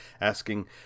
asking